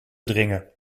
dringen